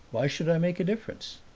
why should i make a difference?